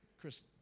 Chris